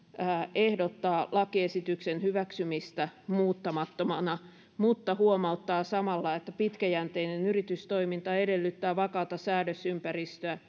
ehdottaa lakiesityksen hyväksymistä muuttamattomana mutta huomauttaa samalla että pitkäjänteinen yritystoiminta edellyttää vakaata säädösympäristöä